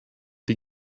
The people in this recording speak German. die